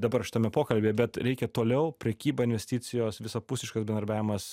dabar šitame pokalbyje bet reikia toliau prekyba investicijos visapusiškas bendradarbiavimas